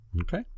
Okay